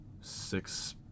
six